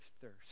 thirst